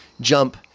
jump